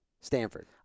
Stanford